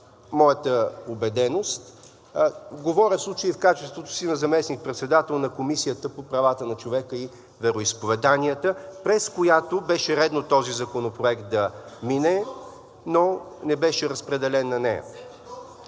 моята убеденост. Говоря в случая и в качеството си на заместник-председател на Комисията по вероизповеданията и правата на човека, през която беше редно този законопроект да мине, но не беше разпределен на нея…